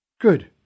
Good